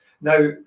Now